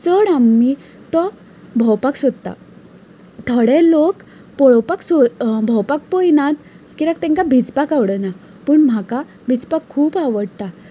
चड आम्ही तो भोंवपाक सोदता थोडे लोक पळोवपाक सो भोंवपाक येनात कित्याक तांकां भिजपाक आवडना पूण म्हाका भिजपाक खूब आवडटा